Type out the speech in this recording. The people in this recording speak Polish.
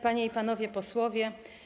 Panie i Panowie Posłowie!